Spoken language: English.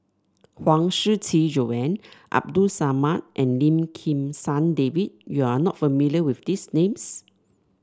Huang Shiqi Joan Abdul Samad and Lim Kim San David you are not familiar with these names